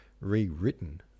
rewritten